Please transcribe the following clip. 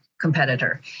competitor